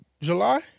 July